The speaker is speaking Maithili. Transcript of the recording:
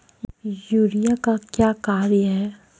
यूरिया का क्या कार्य हैं?